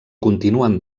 continuen